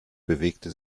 bewegte